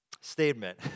statement